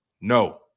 No